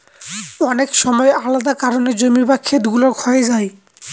অনেক সময় আলাদা কারনে জমি বা খেত গুলো ক্ষয়ে যায়